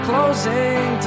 Closing